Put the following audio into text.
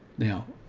now,